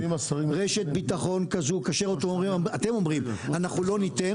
רשת ביטחון כזו כאשר אתם אומרים אנחנו לא ניתן,